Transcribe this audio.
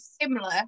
similar